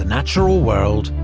ah natural world,